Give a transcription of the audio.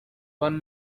one